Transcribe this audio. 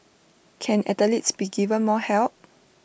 can athletes be given more help